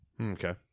Okay